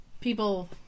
people